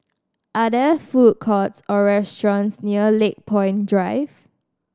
are there food courts or restaurants near Lakepoint Drive